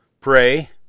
Pray